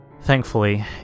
Thankfully